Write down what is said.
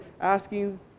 asking